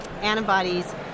antibodies